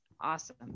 awesome